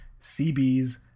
CB's